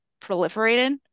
proliferated